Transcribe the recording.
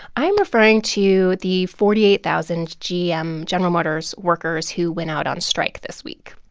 i'm referring to the forty eight thousand gm general motors workers who went out on strike this week